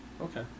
Okay